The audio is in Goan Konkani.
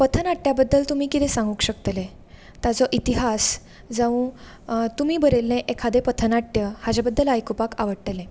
पथनाट्या बद्दल तुमी किदें सांगूंक शकतले ताजो इतिहास जावं तुमी बरयल्लें एखादें पथनाट्य हाजे बद्दल आयकुपाक आवडटलें